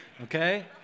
okay